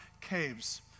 Caves